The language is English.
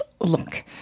look